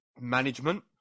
management